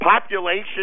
Population